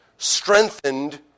strengthened